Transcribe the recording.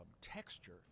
Texture